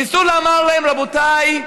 ניסו לומר להם: רבותיי,